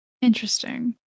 Interesting